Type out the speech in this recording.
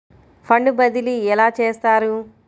Fund బదిలీ ఎలా చేస్తారు?